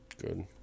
Good